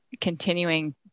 continuing